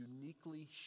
uniquely